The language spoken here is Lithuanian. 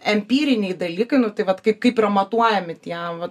empyriniai dalykai nu tai vat kaip kaip yra matuojami tie vat